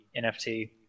NFT